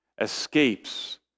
escapes